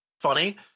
funny